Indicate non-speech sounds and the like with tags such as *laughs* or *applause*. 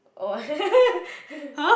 oh *laughs*